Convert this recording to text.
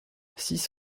six